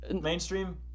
mainstream